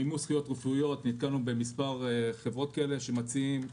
מימוש זכויות רפואיות נתקלנו במספר חברות כאלה שמציעות,